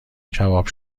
کباب